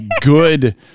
good